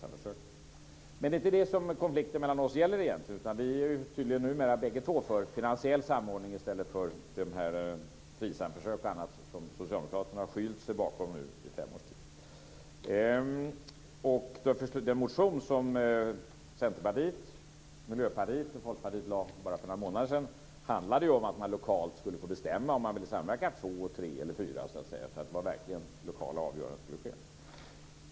Men det är egentligen inte det som konflikten mellan oss gäller, utan vi är tydligen numera bägge två för finansiell samordning i stället för Frisamförsök och annat som Socialdemokraterna har skylt sig bakom nu i fem års tid. Folkpartiet lade bara för några månader sedan handlade om att man lokalt skulle få bestämma om man ville samverka två, tre eller fyra. Det var verkligen lokala avgöranden som skulle ske.